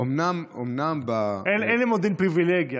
אין למודיעין פריבילגיה.